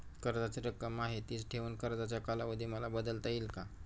कर्जाची रक्कम आहे तिच ठेवून कर्जाचा कालावधी मला बदलता येईल का?